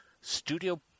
Studio